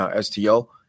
STO